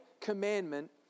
commandment